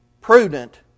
prudent